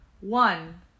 One